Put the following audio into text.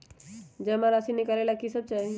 जमा राशि नकालेला कि सब चाहि?